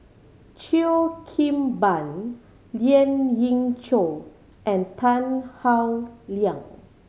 Cheo Kim Ban Lien Ying Chow and Tan Howe Liang